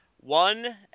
one